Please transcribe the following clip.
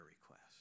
request